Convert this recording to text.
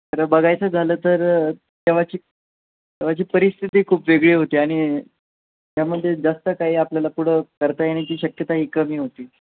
तर बघायचं झालं तर तेव्हाची तेव्हाची परिस्थिती खूप वेगळी होती आणि यामध्ये जास्त काही आपल्याला पुढं करता येण्याची शक्यताही कमी होती